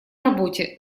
работе